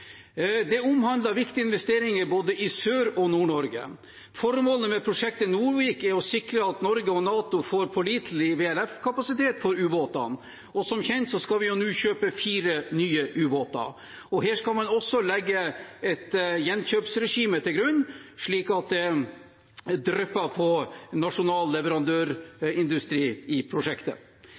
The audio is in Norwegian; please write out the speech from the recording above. Det omhandler viktige investeringer i både Sør- og Nord-Norge. Formålet med prosjektet Novik er å sikre at Norge og NATO får pålitelig VLF-kapasitet for ubåtene. Som kjent skal vi jo nå kjøpe fire nye ubåter. Her skal man også legge et gjenkjøpsregime til grunn, slik at det drypper på nasjonal leverandørindustri i prosjektet.